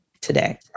today